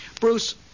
Bruce